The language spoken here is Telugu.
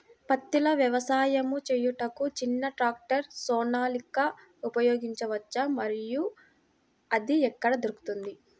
పత్తిలో వ్యవసాయము చేయుటకు చిన్న ట్రాక్టర్ సోనాలిక ఉపయోగించవచ్చా మరియు అది ఎక్కడ దొరుకుతుంది?